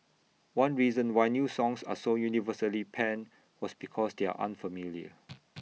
one reason why new songs are so universally panned was because they are unfamiliar